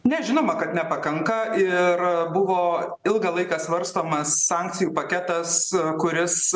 ne žinoma kad nepakanka ir buvo ilgą laiką svarstomas sankcijų paketas kuris